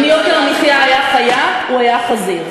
אם יוקר המחיה היה חיה, הוא היה חזיר.